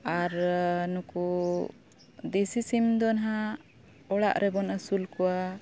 ᱟᱨ ᱱᱩᱠᱩ ᱫᱮᱥᱤ ᱥᱤᱢ ᱫᱚ ᱱᱟᱦᱟᱜ ᱚᱲᱟᱜ ᱨᱮᱵᱚᱱ ᱟᱹᱥᱩᱞ ᱠᱚᱣᱟ